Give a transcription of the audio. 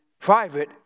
private